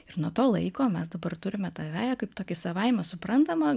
ir nuo to laiko mes dabar turime tą veją kaip tokį savaime suprantamą